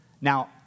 Now